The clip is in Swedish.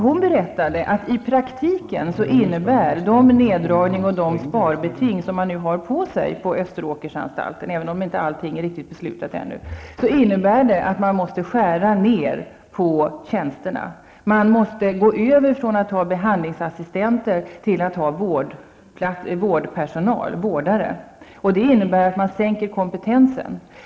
Hon berättade att de neddragningar och sparbeting som man har att räkna med på Österåkersanstalten i praktiken innebär, även om allt inte är beslutat ännu, att man måste skära ned på tjänsterna. Man måste gå över från att ha behandlingsassistenter till att ha vårdare, vilket innebär att man sänker kompetensen.